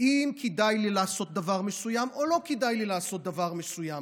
האם כדאי לי לעשות דבר מסוים או לא כדאי לי לעשות דבר מסוים?